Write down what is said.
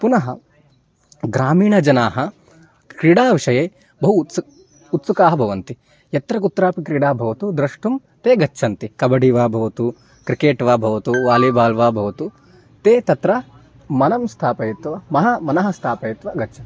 पुनः ग्रामीणजनाः क्रीडाविषये बहु उत्सुकाः उत्सुकाः भवन्ति यत्र कुत्रापि क्रीडा भवतु द्रष्टुं ते गच्छन्ति कबड्डि वा भवतु क्रिकेट् वा भवतु वालि बाल् वा भवतु ते तत्र मनः स्थापयित्वा अहं मनः स्थापयित्वा गच्छन्ति